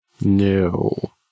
No